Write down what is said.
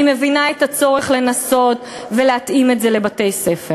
אני מבינה את הצורך לנסות ולהתאים את זה לבתי-הספר.